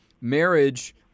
marriage